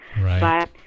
Right